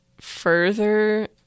further